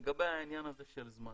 לגבי העניין הזה של זמן,